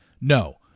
No